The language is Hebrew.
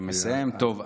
טוב, אני אקריא?